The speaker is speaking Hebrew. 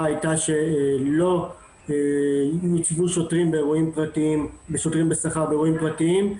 הייתה שלא יוצבו שוטרים בשכר באירועים פרטיים.